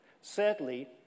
Sadly